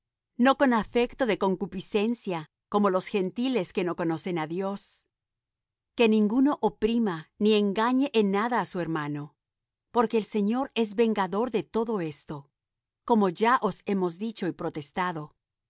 no con afecto de concupiscencia como los gentiles que no conocen á dios que ninguno oprima ni engañe en nada á su hermano porque el señor es vengador de todo esto como ya os hemos dicho y protestado